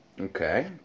Okay